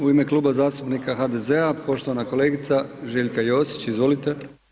U ime Kluba zastupnika HDZ-a poštovana kolegica Željka Josić, izvolite.